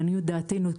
לעניות דעתנו,